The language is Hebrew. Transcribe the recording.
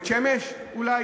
בית-שמש, אולי?